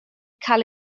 cael